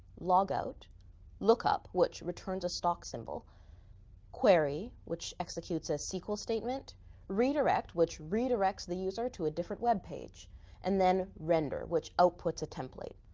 logout look up, which returns a stock symbol query, which executes a sql statement redirect, which redirects the user to a different web page and then render, which ah puts a template.